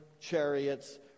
chariots